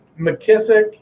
McKissick